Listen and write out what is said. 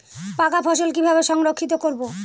পাকা ফসল কিভাবে সংরক্ষিত করব?